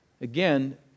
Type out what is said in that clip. Again